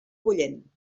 bullent